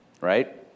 right